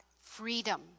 freedom